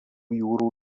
jūrų